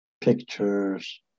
pictures